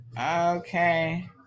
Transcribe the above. Okay